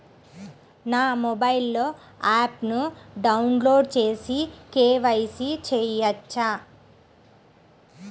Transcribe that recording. నా మొబైల్లో ఆప్ను డౌన్లోడ్ చేసి కే.వై.సి చేయచ్చా?